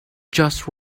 just